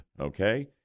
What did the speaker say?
okay